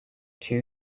two